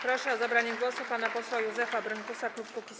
Proszę o zabranie głosu pana posła Józefa Brynkusa, klub Kukiz’15.